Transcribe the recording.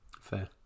Fair